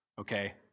okay